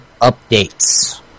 updates